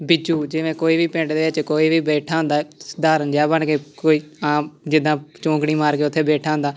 ਬਿੱਜੂ ਜਿਵੇਂ ਕੋਈ ਵੀ ਪਿੰਡ ਦੇ ਵਿੱਚ ਕੋਈ ਵੀ ਬੈਠਾ ਹੁੰਦਾ ਸਧਾਰਨ ਜਿਹਾ ਬਣ ਕੇ ਕੋਈ ਆਮ ਜਿੱਦਾਂ ਚੌਂਕੜੀ ਮਾਰ ਕੇ ਉੱਥੇ ਬੈਠਾ ਹੁੰਦਾ